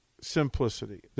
Simplicity